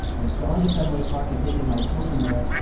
i've gone to fenway park and taken my children there.